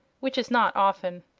which is not often.